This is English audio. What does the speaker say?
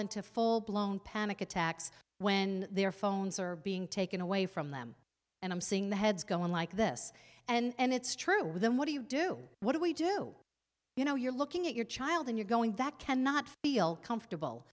into full blown panic attacks when their phones are being taken away from them and i'm seeing the heads go on like this and it's true then what do you do what do we do you know you're looking at your child and you're going that cannot feel comfortable